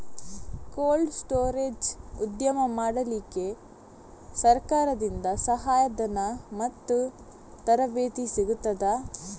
Cold storage ಉದ್ಯಮ ಮಾಡಲಿಕ್ಕೆ ಸರಕಾರದಿಂದ ಸಹಾಯ ಧನ ಮತ್ತು ತರಬೇತಿ ಸಿಗುತ್ತದಾ?